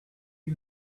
you